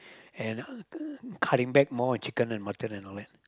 and uh uh cutting back more on chicken and mutton and all that